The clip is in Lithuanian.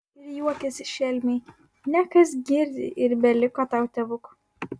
ir juokėsi šelmiai nekas girdi ir beliko tau tėvuk